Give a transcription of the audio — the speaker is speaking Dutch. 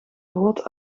groot